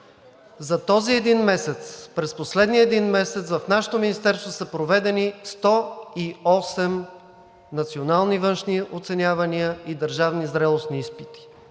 За този един месец, през последния един месец в нашето Министерство са проведени 108 национални външни оценявания и държавни зрелостни изпита